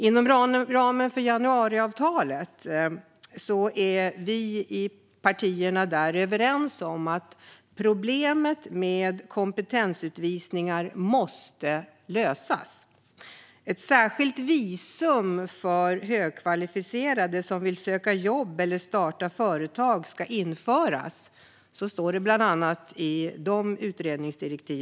Partierna som står bakom januariavtalet är överens om att problemet med kompetensutvisningar måste lösas. Det står i utredningsdirektiven att ett särskilt visum för högkvalificerade personer som vill söka jobb eller starta företag ska införas.